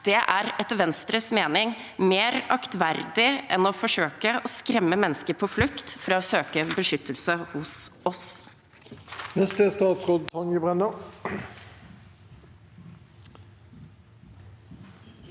Det er etter Venstres mening mer aktverdig enn å forsøke å skremme mennesker på flukt fra å søke beskyttelse hos oss.